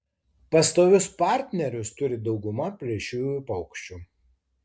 pastovius partnerius turi dauguma plėšriųjų paukščių